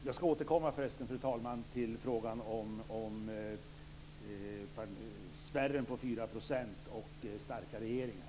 Jag ska återkomma till frågan om spärren på 4 % och starka regeringar.